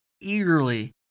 eagerly